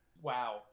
wow